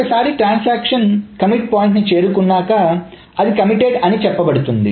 ఒకసారి transaction commit point ని చేరుకున్నాక అది కమిటెడ్ అని చెప్పబడుతుంది